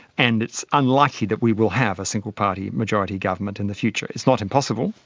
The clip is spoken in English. and it's unlikely that we will have a single party majority government in the future. it's not impossible.